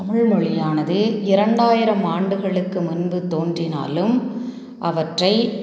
தமிழ்மொழியானது இரண்டாயிரம் ஆண்டுகளுக்கு முன்பு தோன்றினாலும் அவற்றை